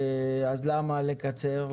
אז למה לקצר?